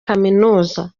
kaminuza